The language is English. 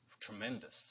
tremendous